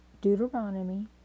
Deuteronomy